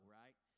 right